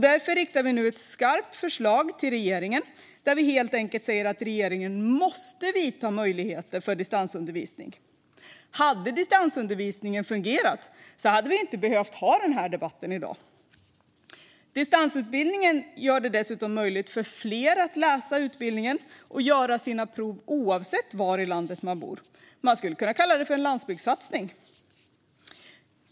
Därför riktar vi nu ett skarpt förslag till regeringen, där vi helt enkelt säger att regeringen måste ge möjligheter för distansundervisning. Hade distansundervisningen fungerat hade vi inte behövt ha den här debatten i dag. Distansutbildningen gör det dessutom möjligt för fler att genomgå utbildningen och göra sina prov oavsett var i landet man bor. Det skulle kunna kallas för en landsbygdssatsning.